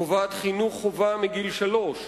הקובעת חינוך חובה מגיל שלוש.